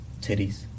Titties